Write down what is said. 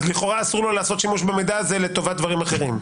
אז לכאורה לעשות לו שימוש במידע הזה לטובת דברים אחרים.